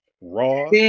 raw